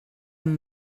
amb